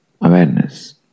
awareness